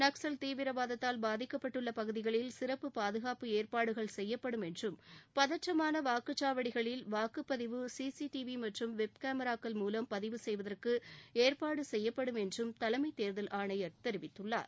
நக்சல் தீவிரவாதத்தால் பாதிக்கப்பட்டுள்ள பகுதிகளில் சிறப்பு பாதுகாப்பு ஏற்பாடுகள் செய்யப்படும் என்றும் பதற்றமான வாக்குச் சாவடிகளில் வாக்குப்பதிவு சிசிடிவி மற்றும் வெப் கேமராக்கள் மூலம் பதிவு செய்வதற்கு ஏற்பாடு செய்யப்படும் என்றும் தேர்தல் ஆணையர் தெரிவித்துள்ளார்